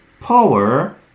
power